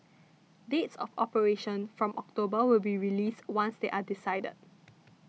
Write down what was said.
dates of operation from October will be released once they are decided